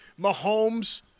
Mahomes